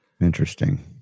Interesting